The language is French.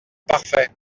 parfait